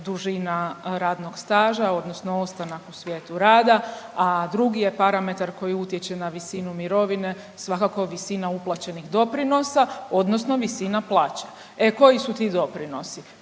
dužina radnog staža odnosno ostanak u svijetu rada, a drugi je parametar koji utječe na visinu mirovine svakako visina uplaćenih doprinosa, odnosno visina plaće. E koji su ti doprinosi?